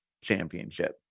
championship